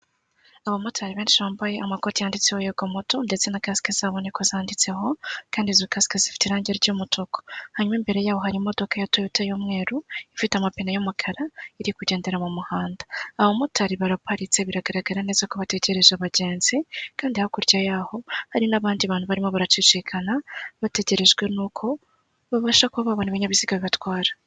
Aba motari benshi bambaye amakote yanditseho Yego Moto ndetse na kasike zabo niko zanditseho kandi izo kasike zifite irange ry'umutuku, hanyuma imbere yabo hari imodoka ya Toyota y'umweru ifite amapine y'umukara iri kugendera mu muhanda, aba motari baraparitse biragaragara neza ko bategereje abagenzi kandi hakurya yabo hari n'abandi bantu barimo baracicikana bategerejwe n'uko babasha kuba babona ibinyabiziga bibatwara.